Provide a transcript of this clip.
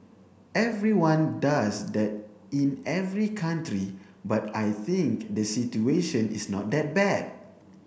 everyone does that in every country but I think the situation is not that bad